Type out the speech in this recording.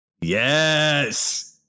yes